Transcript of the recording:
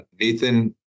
Nathan